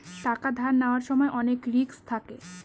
টাকা ধার নেওয়ার সময় অনেক রিস্ক থাকে